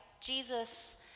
Jesus